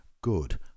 good